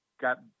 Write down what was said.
got